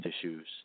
issues